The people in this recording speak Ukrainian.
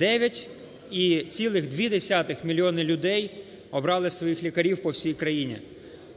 9,2 мільйона людей обрали своїх лікарів по всій країні.